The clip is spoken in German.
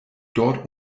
dort